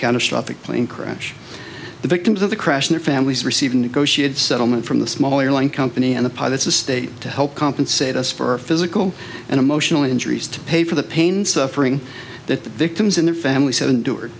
catastrophic plane crash the victims of the crash their families receive a negotiated settlement from the small airline company and the pilots the state to help compensate us for physical and emotional injuries to pay for the pain suffering that the victims in their family s